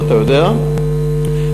ואתה יודע,